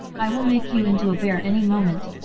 i will make you into a bear any moment!